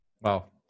Wow